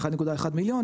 1.1 מיליון,